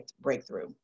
breakthrough